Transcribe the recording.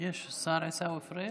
יש, השר עיסאווי פריג'.